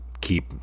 keep